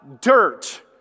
dirt